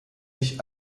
sich